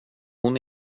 hon